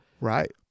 right